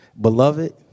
Beloved